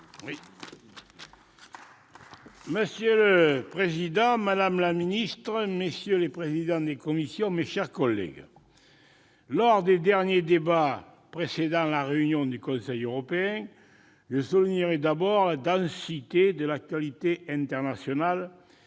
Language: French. Monsieur le président, madame la ministre, messieurs les président et vice-président de commission, mes chers collègues, comme lors des derniers débats précédant la réunion du Conseil européen, je soulignerai, d'abord, la densité de l'actualité internationale